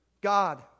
God